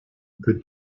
the